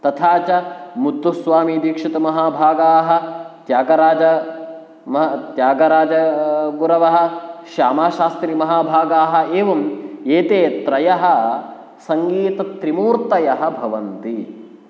तथा च मुत्तुस्वामिदीक्षितमहाभागाः त्यागराज म त्यागराज गुरवः शामाशास्त्रिमहाभागाः एवम् एते त्रयः सङ्गीतत्रिमूर्तयः भवन्ति